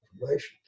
information